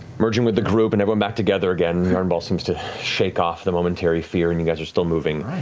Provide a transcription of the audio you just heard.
merging with the group and everyone back together again, yarnball seems to shake off the momentary fear and you guys are still moving.